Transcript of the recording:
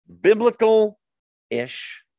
biblical-ish